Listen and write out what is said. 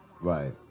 Right